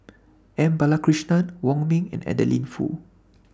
M Balakrishnan Wong Ming and Adeline Foo